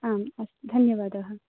आम् अस्तु धन्यवादः